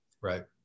Right